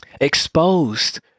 exposed